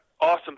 awesome